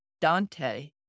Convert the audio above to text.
Dante